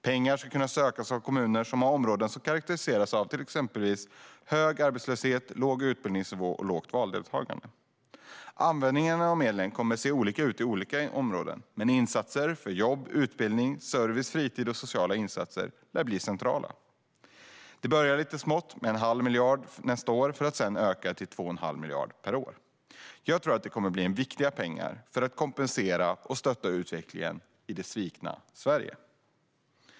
Pengarna ska kunna sökas av kommuner som har områden som karakteriseras av till exempel hög arbetslöshet, låg utbildningsnivå och lågt valdeltagande. Användningen av medlen kommer att se olika ut i olika områden, men insatser för jobb, utbildning, service, fritid och sociala insatser lär bli centrala. Det börjar lite smått med en halv miljard nästa år för att sedan öka till 2 1⁄2 miljard per år. Jag tror att det kommer att bli viktiga pengar för att kompensera och stötta utvecklingen i det svikna Sverige.